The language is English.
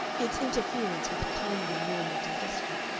its interference with a kindly normal digestion.